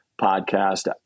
podcast